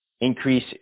Increase